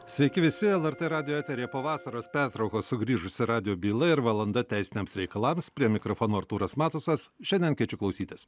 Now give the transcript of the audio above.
sveiki visi lrt radijo eteryje po vasaros pertraukos sugrįžusi radijo byla ir valanda teisiniams reikalams prie mikrofono artūras matusas šiandien kviečiu klausytis